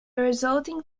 resulting